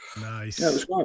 Nice